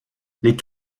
les